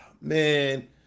Man